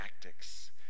tactics